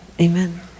Amen